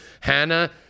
Hannah